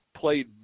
played